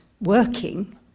working